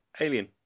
Alien